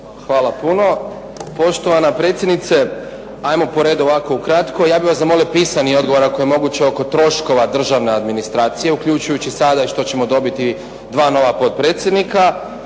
Hvala puno. Poštovana predsjednice, pa ajmo po redu. Ovako ukratko, ja bih zamolio pisani odgovor ako je moguće oko troškova državne administracije, uključujući sada i što ćemo dobiti dva nova potpredsjednika.